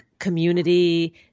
community